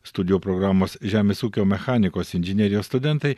studijų programos žemės ūkio mechanikos inžinerijos studentai